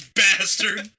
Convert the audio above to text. bastard